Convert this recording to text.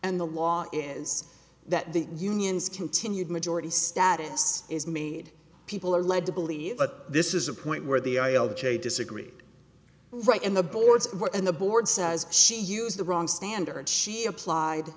and the law is that the unions continued majority status is made people are led to believe but this is a point where the i l j disagreed right in the boards and the board says she used the wrong standard she applied